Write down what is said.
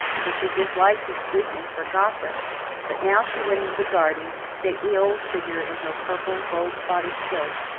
for she disliked his weakness for gossip but now she went into the garden, a stately old figure in her purple, gold-spotted silk,